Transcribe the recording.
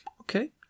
Okay